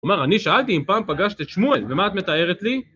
כלומר, אני שאלתי אם פעם פגשת את שמואל, ומה את מתארת לי?